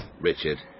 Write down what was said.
Richard